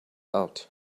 out